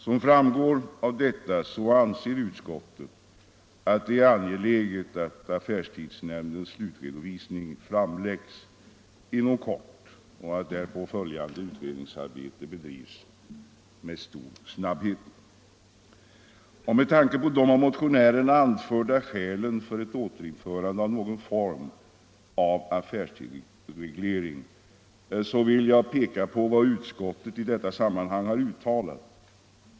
Som framgår av detta anser utskottet att det är angeläget att affärstidsnämndens slutredovisning framläggs inom kort och att därpå följande utredningsarbete bedrivs med stor snabbhet. Med tanke på de av motionärerna anförda skälen för återinförande av någon form av affärstidsreglering vill jag peka på vad utskottet i detta sammanhang har uttalat.